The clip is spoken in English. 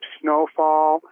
snowfall